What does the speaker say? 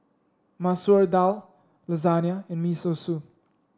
Masoor Dal Lasagna and Miso Soup